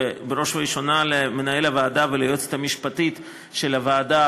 ובראש ובראשונה למנהל הוועדה וליועצת המשפטית של הוועדה,